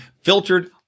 filtered